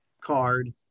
card